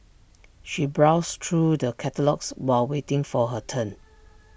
she browsed through the catalogues while waiting for her turn